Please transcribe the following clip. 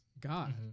God